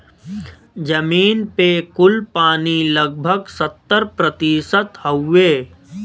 जमीन पे कुल पानी लगभग सत्तर प्रतिशत हउवे